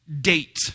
date